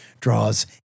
draws